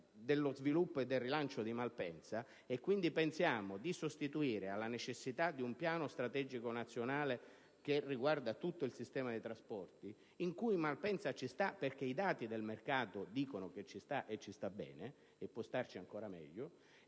di sviluppo e rilancio di Malpensa, e quindi pensiamo di sostituire alla necessità di un piano strategico nazionale che riguarda tutto il sistema dei trasporti - in cui Malpensa ci sta perché i dati del mercato dicono che ci sta e ci sta bene e può starci ancora meglio